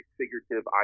figurative